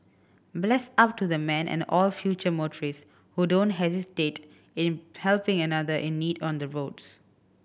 bless up to the man and all future motorists who don't hesitate in helping another in need on the roads